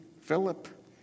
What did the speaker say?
Philip